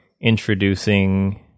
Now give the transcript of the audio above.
introducing